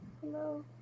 Hello